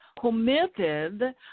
committed